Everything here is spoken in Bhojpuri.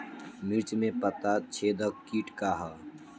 मिर्च में पता छेदक किट का है?